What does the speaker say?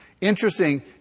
Interesting